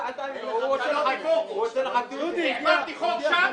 מדובר על תקצוב של 46 מיליון ו-620,000 ₪ עבור השתתפות בשכר